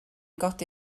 godi